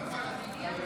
אדוני.